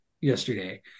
yesterday